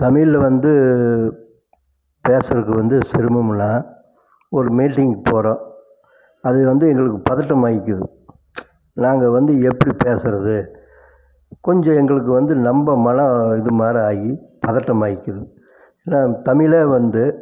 தமிழில் வந்து பேசுவது வந்து சிரமம் இல்லை ஒரு மீட்டிங் போகிறோம் அது வந்து எங்களுக்கு பதட்டம் ஆகிக்கிது நாங்கள் வந்து எப்படி பேசுவது கொஞ்சம் எங்களுக்கு வந்து நம்ம மன இது மாரி ஆகி பதட்டம் ஆகிக்கிது ஏன்னால் தமிழே வந்து